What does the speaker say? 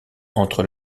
entre